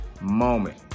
moment